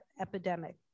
epidemic